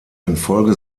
infolge